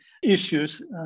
issues